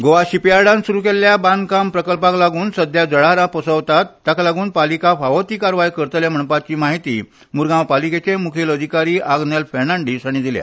गोवा शिपयार्डान सुरू केल्ल्या बांदकाम प्रकल्पाक लागून सध्या जळारां पाशसवतात ताका लागून पालिका फावो ती कारवाय करतले म्हणपाची माहिती मुरगांव पालिकेचे मुखेल अधिकारी आग्नेल फेर्नांदीश हांणी दिल्या